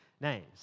names